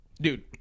dude